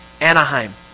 Anaheim